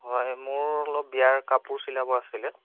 হয় মোৰ অলপ বিয়াৰ কাপোৰ চিলাব আছিল